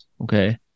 Okay